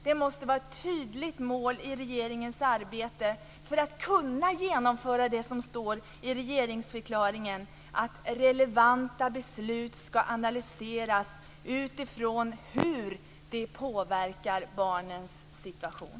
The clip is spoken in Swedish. Det måste vara ett tydligt mål i regeringens arbete för att man skall kunna genomföra det som står i regeringsförklaringen, att relevanta beslut skall analyseras utifrån hur de påverkar barnens situation.